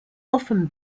often